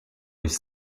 with